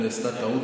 אם נעשתה טעות,